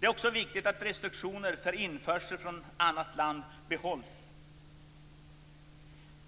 Det är också viktigt att restriktioner för införsel från annat land behålls.